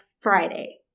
Friday